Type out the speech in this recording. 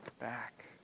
back